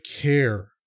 care